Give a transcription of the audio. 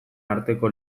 arteko